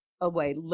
away